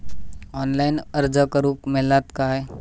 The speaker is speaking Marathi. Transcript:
ऑनलाईन अर्ज करूक मेलता काय?